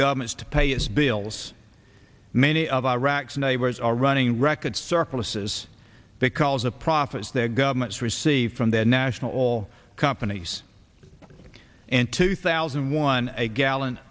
governments to pay its bills many of iraq's neighbors are running record surpluses because of profits their governments received from their national oil companies in two thousand and one a gallon